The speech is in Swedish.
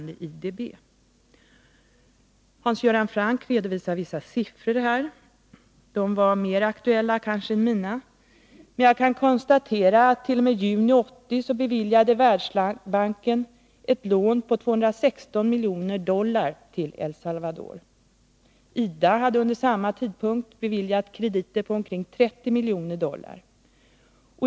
De är kanske mera 22 november 1982 aktuella än mina. Jag kan konstatera att Världsbanken t.o.m. juni 1980 beviljade ett lån på 216 miljoner dollar till E1 Salvador. IDA hade till samma Om ökat stöd till tidpunkt beviljat krediter på omkring 30 miljoner dollar.